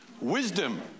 wisdom